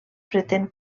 pretén